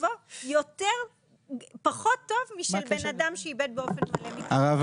מצבו פחות טוב מזה של אדם שאיבד באופן מלא מכושר ההשתכרות.